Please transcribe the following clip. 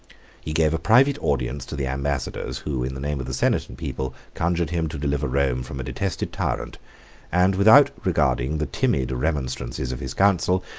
he gave a private audience to the ambassadors, who, in the name of the senate and people, conjured him to deliver rome from a detested tyrant and without regarding the timid remonstrances of his council,